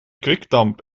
kwikdamp